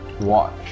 watch